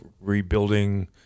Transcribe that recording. rebuilding